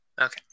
Okay